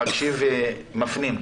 מקשיב ומפנים.